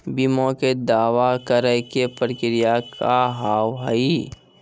बीमा के दावा करे के प्रक्रिया का हाव हई?